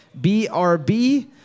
BRB